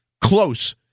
close